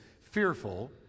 fearful